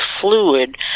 fluid